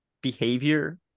behavior